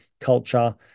culture